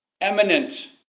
Eminent